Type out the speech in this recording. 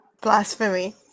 Blasphemy